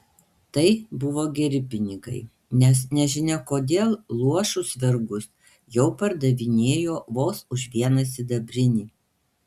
tai buvo geri pinigai nes nežinia kodėl luošus vergus jau pardavinėjo vos už vieną sidabrinį